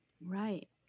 Right